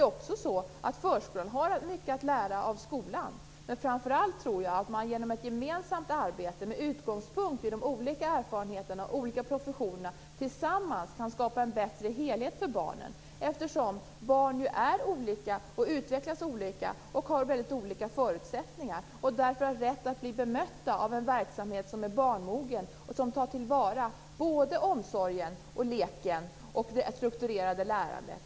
Förskolan har också mycket att lära av skolan. Framför allt tror jag att man genom ett gemensamt arbete med utgångspunkt i de olika erfarenheterna och olika professionerna tillsammans kan skapa en bättre helhet för barnen. Barn är olika och utvecklas olika, och de har väldigt olika förutsättningar. Därför har de rätt att bli bemötta av en verksamhet som är barnmogen och som tar till vara både omsorgen, leken och det strukturerade lärandet.